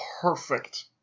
perfect